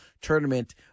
tournament